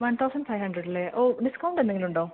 one thousand five hundred അല്ലേ ഓ discount എന്തെങ്കിലും ഉണ്ടോ